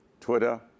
Twitter